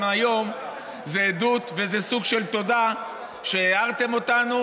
היום זה עדות וזה סוג של תודה שהערתם אותנו,